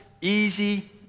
easy